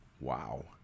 wow